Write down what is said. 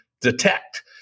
detect